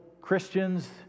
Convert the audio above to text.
Christians